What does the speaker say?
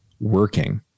working